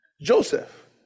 Joseph